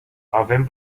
avem